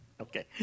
Okay